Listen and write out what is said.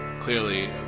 Clearly